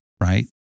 Right